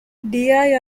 dia